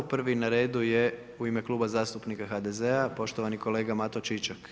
Prvi na redu je u ime Kluba zastupnika HDZ-a, poštovani kolega Mato Čičak.